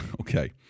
Okay